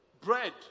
bread